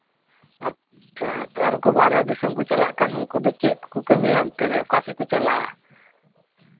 ᱟᱪᱪᱷᱟ ᱟᱨ ᱩᱱᱠᱩ ᱵᱟᱦᱨᱮ ᱫᱤᱥᱚᱢ ᱠᱚ ᱪᱟᱞᱟᱜ ᱠᱷᱟᱱ ᱩᱱᱠᱩ ᱫᱚ ᱪᱮᱫ ᱠᱚᱠᱚ ᱠᱟᱹᱢᱤᱭᱟ ᱚᱠᱟ ᱥᱮᱫ ᱠᱚ ᱪᱟᱞᱟᱜᱼᱟ